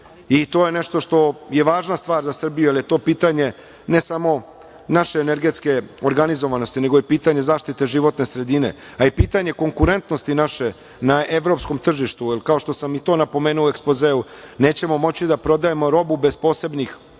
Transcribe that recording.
I to je nešto je važna stvar za Srbiju, jer je to pitanje ne samo naše energetske organizovanosti, nego je pitanje zaštite životne sredine, a i pitanje konkurentnosti naše na evropskom tržištu, jer kao što sam i to napomenuo u ekspozeu, nećemo moći da prodajemo robu bez posebnih,